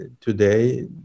today